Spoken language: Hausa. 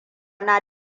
na